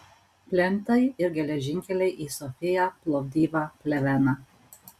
plentai ir geležinkeliai į sofiją plovdivą pleveną